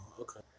Okay